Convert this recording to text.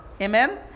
amen